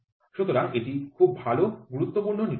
সুতরাং এটি খুব গুরুত্বপূর্ণ নির্দেশিকা